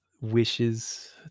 wishes